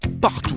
partout